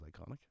iconic